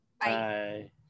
bye